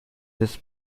this